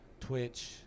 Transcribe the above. Twitch